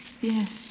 Yes